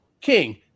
King